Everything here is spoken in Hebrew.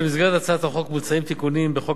במסגרת הצעת החוק מוצעים תיקונים בחוק